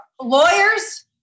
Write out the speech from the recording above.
lawyers